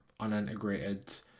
unintegrated